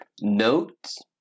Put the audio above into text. notes